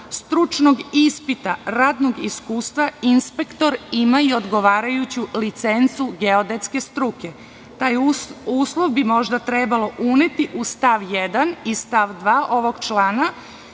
stručnog ispita, radnog iskustva, inspektor ima i odgovarajuću licencu geodetske struke. Taj uslov bi možda trebalo uneti u stav 1. i stav 2. ovog člana,